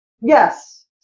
yes